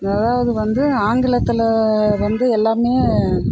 அதாவது வந்து ஆங்கிலத்தில் வந்து எல்லாமே